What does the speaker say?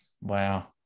Wow